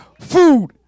food